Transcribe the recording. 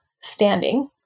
standing